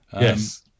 yes